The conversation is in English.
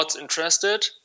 interested